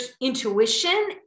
intuition